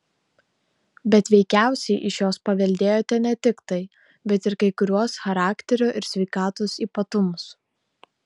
bet veikiausiai iš jos paveldėjote ne tik tai bet ir kai kuriuos charakterio ir sveikatos ypatumus